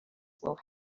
will